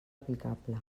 aplicable